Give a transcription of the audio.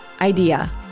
IDEA